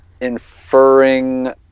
inferring